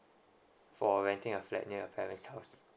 for renting a flat near your parent's house